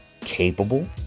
capable